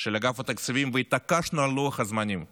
של אגף התקציבים, והתעקשנו על לוח הזמנים ביחד,